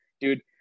dude